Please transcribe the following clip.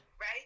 Right